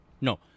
No